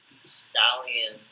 Stallion